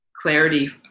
clarity